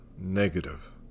negative